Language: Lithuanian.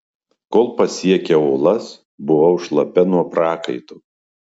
kol pasiekiau uolas buvau šlapia nuo prakaito